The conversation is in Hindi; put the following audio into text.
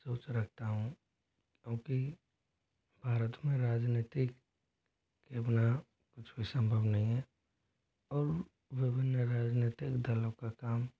सोच रखता हूँ क्योंकि भारत में राजनीतिक के बिना कुछ भी संभव नहीं है और विभिन्न राजनीतिक दलों का काम